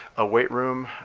a weight room,